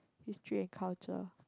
history and culture